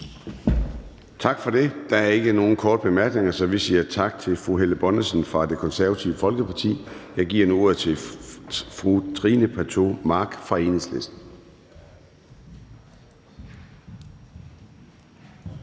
Tak for det. Der er ikke nogen korte bemærkninger, så vi siger tak til fru Helle Bonnesen fra Det Konservative Folkeparti. Jeg giver nu ordet til fru Trine Pertou Mach fra Enhedslisten.